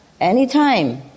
anytime